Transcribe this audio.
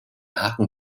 haken